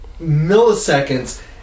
Milliseconds